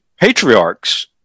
patriarchs